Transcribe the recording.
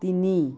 তিনি